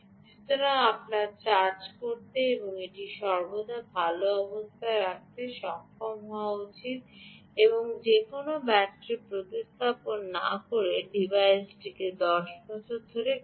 সুতরাং আপনার চার্জ করতে এবং এটি সর্বদা ভাল অবস্থায় রাখতে সক্ষম হওয়া উচিত যেমন কোনও ব্যাটারি প্রতিস্থাপন না করে ডিভাইসটি 10 বছর ধরে কাজ করে